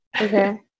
Okay